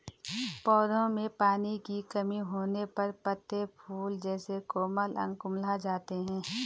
पौधों में पानी की कमी होने पर पत्ते, फूल जैसे कोमल अंग कुम्हला जाते हैं